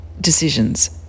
decisions